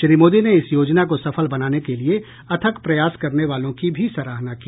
श्री मोदी ने इस योजना को सफल बनाने के लिए अथक प्रयास करने वालों की भी सराहना की